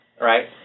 Right